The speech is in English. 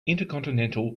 intercontinental